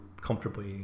comfortably